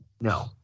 No